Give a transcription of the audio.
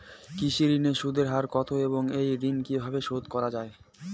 কৃষি ঋণের সুদের হার কত এবং এই ঋণ কীভাবে শোধ করা য়ায়?